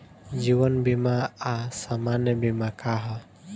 जीवन बीमा आ सामान्य बीमा का ह?